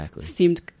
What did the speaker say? seemed